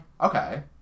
Okay